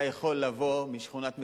אתה יכול לבוא משכונת מצוקה,